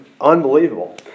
unbelievable